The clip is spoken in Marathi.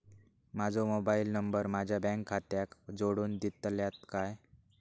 माजो मोबाईल नंबर माझ्या बँक खात्याक जोडून दितल्यात काय?